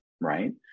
right